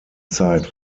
zeit